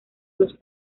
los